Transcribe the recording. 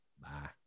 Bye